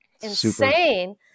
insane